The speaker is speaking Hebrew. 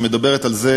שמדברת על זה